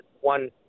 one